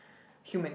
human